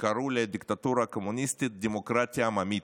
קראו לדיקטטורה קומוניסטית "דמוקרטיה עממית".